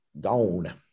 gone